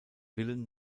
villen